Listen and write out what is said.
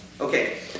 Okay